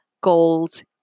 goals